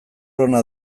ona